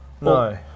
No